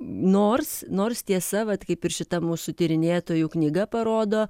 nors nors tiesa vat kaip ir šita mūsų tyrinėtojų knyga parodo